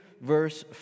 verse